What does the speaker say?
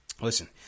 listen